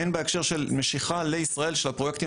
הן בהקשר של משיכה לישראל של הפרויקטים